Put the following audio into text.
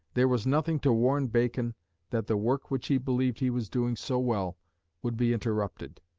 there was nothing to warn bacon that the work which he believed he was doing so well would be interrupted.